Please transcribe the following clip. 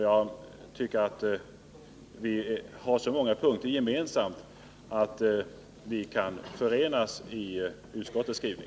Jag tycker att vi är eniga om så många punkter att vi kan förenas i ett godkännande av utskottets skrivning.